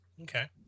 okay